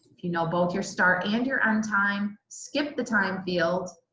you know both your start and your end time. skip the time field.